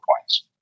points